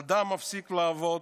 אדם מפסיק לעבוד,